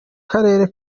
karere